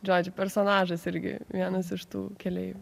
žodžių personažas irgi vienas iš tų keleivių